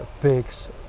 pigs